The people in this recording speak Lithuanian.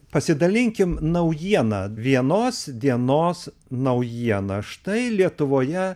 pasidalinkime naujieną vienos dienos naujiena štai lietuvoje